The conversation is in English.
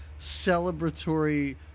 celebratory